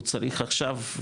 הוא צריך עכשיו,